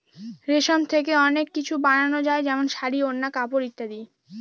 রেশম থেকে অনেক কিছু বানানো যায় যেমন শাড়ী, ওড়না, কাপড় ইত্যাদি